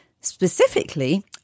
Specifically